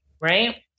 Right